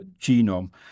genome